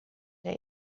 der